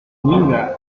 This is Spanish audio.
unida